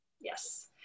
Yes